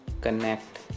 connect